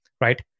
right